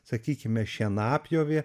sakykime šienapjovė